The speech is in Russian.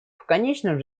конечном